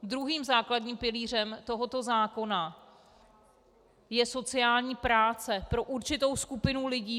Druhým základním pilířem tohoto zákona je sociální práce pro určitou skupinu lidí.